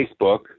Facebook